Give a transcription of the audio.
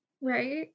right